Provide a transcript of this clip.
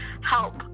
help